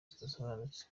zidasobanutse